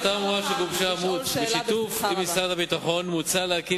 בהחלטה האמורה שגובשה בשיתוף עם משרד הביטחון מוצע להקים